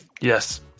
Yes